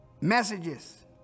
messages